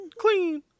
clean